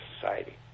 society